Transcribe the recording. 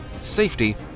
safety